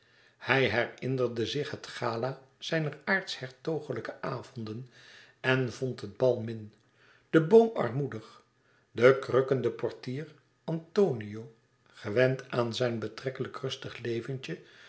hij herinnerde zich het gala zijner aartshertogelijke avonden en vond het bal min en de boom armoedig de krukkende portier antonio gewend aan zijn betrekkelijk rustig leventje